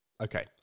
Okay